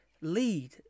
lead